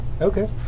Okay